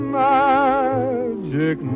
magic